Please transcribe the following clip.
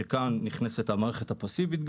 שכאן נכנסת המערכת הפסיבית.